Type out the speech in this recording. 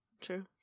True